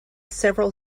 several